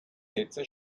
sätze